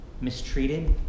mistreated